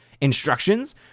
instructions